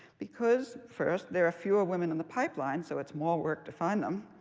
because first, there are fewer women in the pipeline. so it's more work to find them.